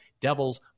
Devils